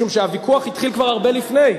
משום שהוויכוח התחיל כבר הרבה לפני,